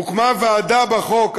הוקמה ועדה בחוק,